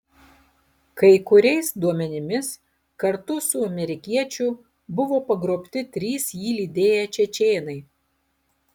kai kuriais duomenimis kartu su amerikiečiu buvo pagrobti trys jį lydėję čečėnai